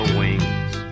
wings